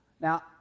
Now